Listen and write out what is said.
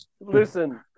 Listen